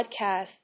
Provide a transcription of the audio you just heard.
podcast